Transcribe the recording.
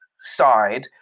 side